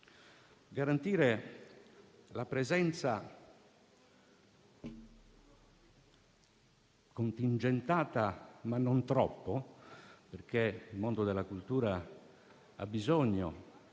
garantire la presenza, contingentata ma non troppo, perché il mondo della cultura ha bisogno